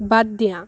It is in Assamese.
বাদ দিয়া